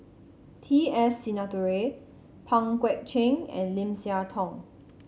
T S Sinnathuray Pang Guek Cheng and Lim Siah Tong